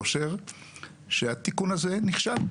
חייבים להגיד ביושר שהתיקון הזה נכשל.